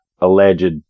alleged